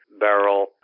Barrel